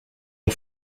ont